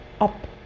up